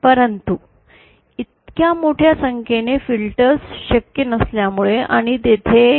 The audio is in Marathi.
परंतु इतक्या मोठ्या संख्येने फिल्टर्स शक्य नसल्यामुळे आणि तेथेही